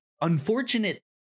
unfortunate